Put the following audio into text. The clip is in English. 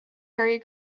harry